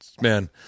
man